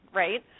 right